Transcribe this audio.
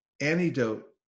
antidote